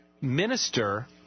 Minister